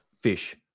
fish